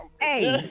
Hey